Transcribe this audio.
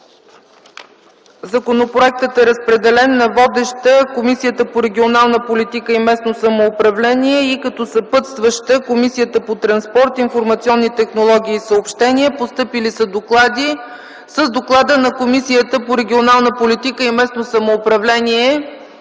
Законопроектът е разпределен на: като водеща Комисията по регионална политика и местно самоуправление, и като съпътстваща: Комисията по транспорт, информационни технологии и съобщения. С доклада на Комисията по регионална политика и местно самоуправление